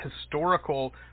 historical